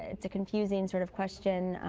it is a confusing sort of question,